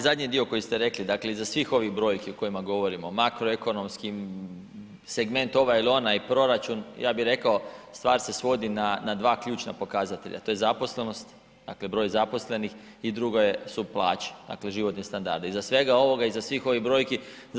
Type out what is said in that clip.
Ovaj zadnji dio koji ste rekli, dakle iza svih ovih brojki o kojima govorimo makroekonomskim, segment ovaj ili onaj, proračun, ja bih rekao, stvar se svodi na dva ključna pokazatelja, to je zaposlenost dakle broj zaposlenih i drugo su plaće, dakle životni standard dakle, iza svega ovoga iza svih ovih brojki.